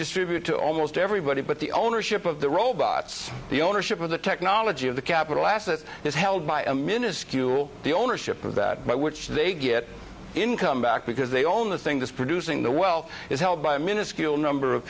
distribute to almost everybody but the ownership of the robots the ownership of the technology of the capital assets is held by a miniscule the ownership of that by which they get income back because they own the thing that's producing the wealth is held by a minuscule number of